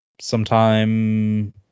sometime